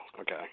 okay